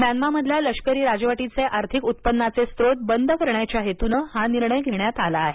म्यानमामधल्या लष्करी राजवटीचे आर्थिक उत्पन्नाचे स्त्रोत बंद करण्याच्या हेतूनं हा निर्णय घेण्यात आला आहे